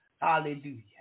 Hallelujah